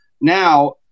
now